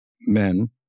men